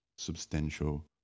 substantial